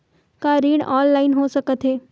का ऋण ऑनलाइन हो सकत हे?